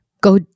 Go